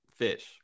Fish